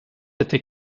était